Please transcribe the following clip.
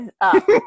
up